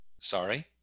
sorry